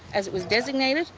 as it was designated.